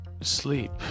sleep